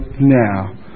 now